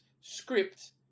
script